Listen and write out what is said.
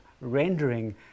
rendering